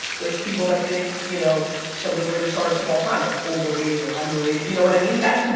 there's people that think you know some of the greatest artists of all time are over rated or under rated, you know what i mean, that's.